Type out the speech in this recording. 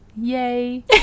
Yay